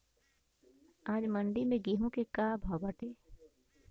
आज मंडी में गेहूँ के का भाव बाटे?